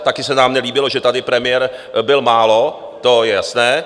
Taky se nám nelíbilo, že tady premiér byl málo, to je jasné.